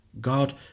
God